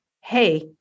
Hey